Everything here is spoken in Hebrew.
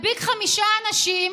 מדביק חמישה אנשים,